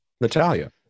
Natalia